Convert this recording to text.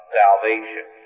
salvation